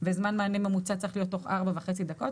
וזמן מענה ממוצע צריך להיות תוך 4.5 דקות.